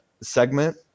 segment